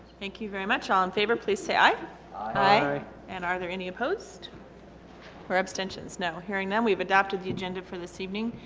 thank you very much all in favor please say aye aye and are there any opposed or abstentions? no hearing none we have adopted the agenda for this evening.